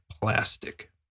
plastic